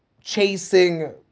Chasing